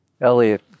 Elliot